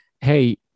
Hey